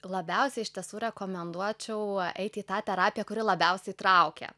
labiausiai iš tiesų rekomenduočiau eiti į tą terapiją kuri labiausiai traukia